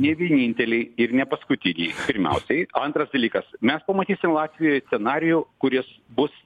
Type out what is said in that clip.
ne vieninteliai ir ne paskutiniai pirmiausiai antras dalykas mes pamatysim latvijoj scenarijų kuris bus